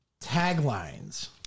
Taglines